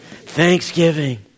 Thanksgiving